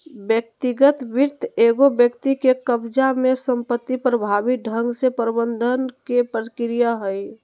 व्यक्तिगत वित्त एगो व्यक्ति के कब्ज़ा में संपत्ति प्रभावी ढंग से प्रबंधन के प्रक्रिया हइ